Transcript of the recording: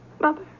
Mother